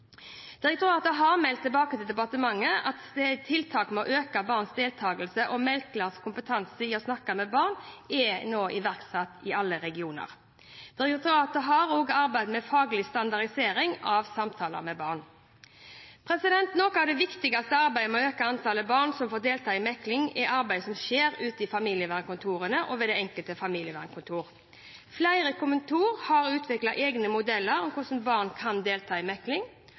Direktoratet har meldt tilbake til departementet at tiltak for å øke barns deltakelse og mekleres kompetanse i å snakke med barn, nå er iverksatt i alle regioner. Direktoratet har også arbeidet med faglig standardisering av samtaler med barn. Noe av det viktigste arbeidet med å øke antallet barn som får delta i mekling, er arbeidet som skjer i familievernet og ved det enkelte familievernkontor. Flere kontor har utviklet egne modeller for hvordan barn kan delta i mekling.